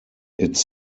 its